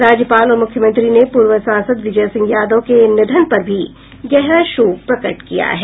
राज्यपाल और मुख्यमंत्री ने पूर्व सांसद विजय सिंह यादव के निधन पर भी गहरा शोक प्रकट किया है